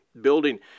building